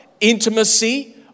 intimacy